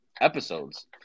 episodes